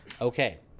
Okay